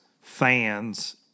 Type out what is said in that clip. fans